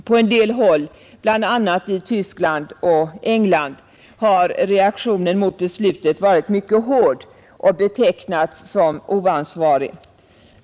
På en del håll, bl.a. i Tyskland och England, har reaktionen mot beslutet varit mycket hård och betecknats som oansvarig.